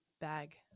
bag